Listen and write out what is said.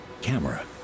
camera